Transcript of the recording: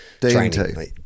training